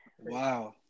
Wow